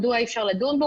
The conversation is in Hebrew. מדוע אי אפשר לדון בו?